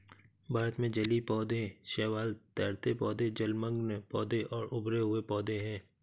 भारत में जलीय पौधे शैवाल, तैरते पौधे, जलमग्न पौधे और उभरे हुए पौधे हैं